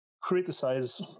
criticize